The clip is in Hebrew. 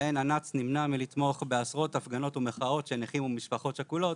בהן אנ"צ נמנע מלתמוך בעשרות הפגנות ומחאות של נכים ומשפחות שכולות